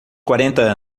quarenta